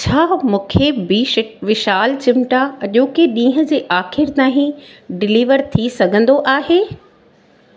छा मूंखे ॿी शिक विशाल चिमटा अॼोकि ॾींहुं जे आख़िर ताईं डिलीवर थी सघंदो आहे